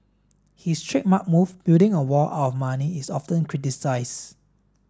his trademark move building a wall out of money is often criticised